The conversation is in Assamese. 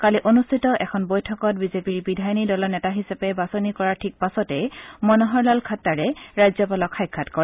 কালি অনুষ্ঠিত এখন বৈঠকত বিজেপিৰ বিধায়িনী দলৰ নেতা হিচাপে বাছনি কৰাৰ ঠিক পাছতেই মনোহৰলাল খাটাৰে ৰাজ্যপালক সাক্ষাৎ কৰে